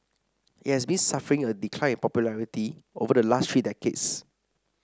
it has been suffering a decline in popularity over the last three decades